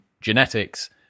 genetics